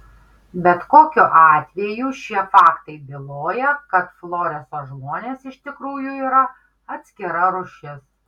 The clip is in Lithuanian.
bet kokiu atveju šie faktai byloja kad floreso žmonės iš tikrųjų yra atskira rūšis